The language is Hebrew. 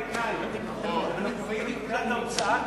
לאמריקנים שאנחנו קובעים את תקרת ההוצאה,